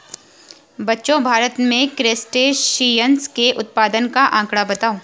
बच्चों भारत में क्रस्टेशियंस के उत्पादन का आंकड़ा बताओ?